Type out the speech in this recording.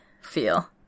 feel